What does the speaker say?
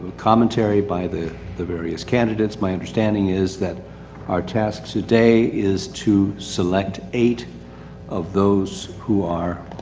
commentary by the, the various candidates. my understanding is that our task today is to select eight of those who are,